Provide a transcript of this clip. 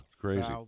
crazy